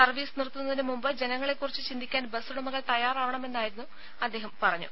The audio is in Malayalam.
സർവ്വീസ് നിർത്തുന്നതിന് മുമ്പ് ജനങ്ങളെക്കുറിച്ച് ചിന്തിക്കാൻ ബസ്സുടമകൾ തയ്യാറാവണമായിരുന്നുവെന്ന് അദ്ദേഹം പറഞ്ഞു